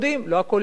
לא הכול יודעים,